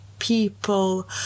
people